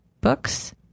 books